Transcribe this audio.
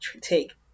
take